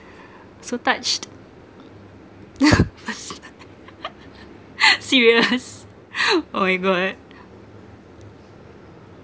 so touched serious oh my god